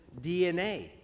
DNA